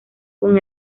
con